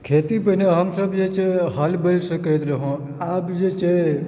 खेती पहिने हमसब जे छै हल बैल से करैत रहियै आब जे छै